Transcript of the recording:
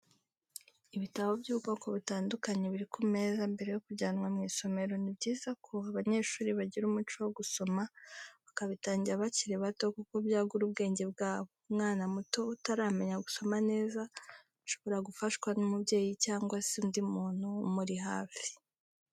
Ibitabo by'ubwoko butandukanye biri ku meza mbere yo kujyanwa mu isomero, ni byiza ko abanyeshuri bagira umuco wo gusoma bakabitangira bakiri bato kuko byagura ubwenge bwabo, umwana muto utaramenya gusoma neza ashobora gufashwa n'umubyeyi cyangwa se undi muntu umuri hafi.